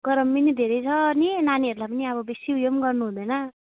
गरमहरू पनि धेरै छ नि नानीहरूलाई पनि अब बेसी उयो पनि गर्नुहुँदैन